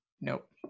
Nope